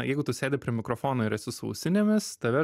jeigu tu sėdi prie mikrofono ir esi su ausinėmis tave